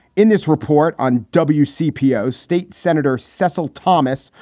in this report on and but yeah wcpn, state senator cecil thomas,